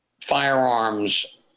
Firearms